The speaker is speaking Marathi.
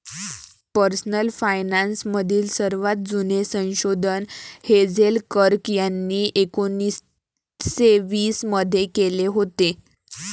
पर्सनल फायनान्स मधील सर्वात जुने संशोधन हेझेल कर्क यांनी एकोन्निस्से वीस मध्ये केले होते